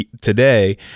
today